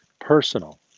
Personal